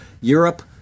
Europe